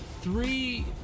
three